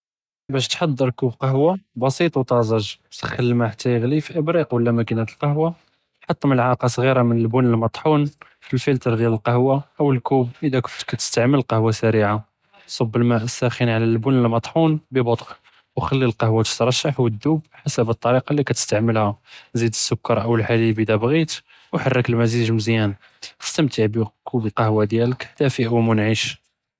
באש תחצ'ר כובּ קהווה בסיט ו טאזג', סח'ן אלמא חתה יעְ'לי פי אִבריק אוא מאכִּינת אלקהווה, חֻט מלעקה סג'ירה מן אלבֻּן אלמטחון פי אלפילטר דיאל אלקהווה אוא אלכּובּ אִלא كنت כתסתעמל קהווה סרטיעה, צֻבּ אלמאא' אִלסאח'ן עלא אלבֻּן אלמטחון בבֻּטء ו חְלִי אלקהווה תתרשח ו תד'ובּ חסב אִלטוריקה אלי כתסתעמלהא, זיד אִלסכּר אוא אִלחְליבּ אִלא בּע'ית, ו חַרּכּ אלמזיג' מזיאן, אִסתמתע בִּכּובּ אלקהווה דיאלכ אלדאפֵא ו אלמֻנעִש.